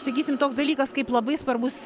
sakysim toks dalykas kaip labai svarbus